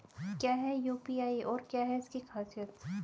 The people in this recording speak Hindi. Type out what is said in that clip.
क्या है यू.पी.आई और क्या है इसकी खासियत?